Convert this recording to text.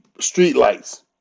streetlights